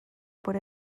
por